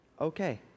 Okay